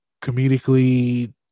comedically